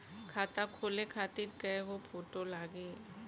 खाता खोले खातिर कय गो फोटो लागी?